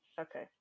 Okay